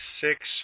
six